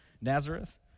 Nazareth